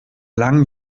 langen